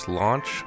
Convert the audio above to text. launch